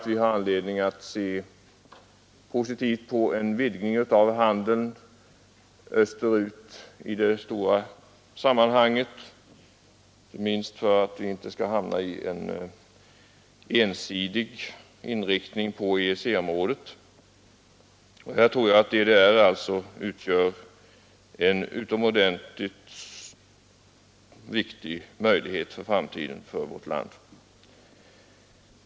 Vi har anledning att se positivt på en vidgning av handeln österut i det stora sammanhanget, inte minst därför att vi inte vill hamna i en ensidig inriktning på EEC-området. DDR bör utgöra en utomordentligt viktig handelsförbindelse för vårt land i framtiden.